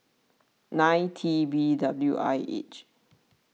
nine T B W I H